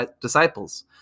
disciples